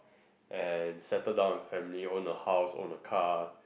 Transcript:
and settle down a family own a house own a car